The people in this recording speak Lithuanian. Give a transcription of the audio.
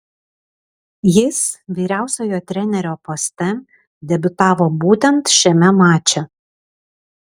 jis vyriausiojo trenerio poste debiutavo būtent šiame mače